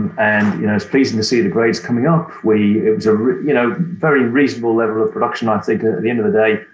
and you know it's pleasing to see the grades coming up. it was a you know very reasonable level of production i think. at the end of the day,